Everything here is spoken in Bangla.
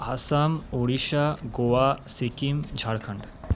আসাম উড়িষ্যা গোয়া সিকিম ঝাড়খণ্ড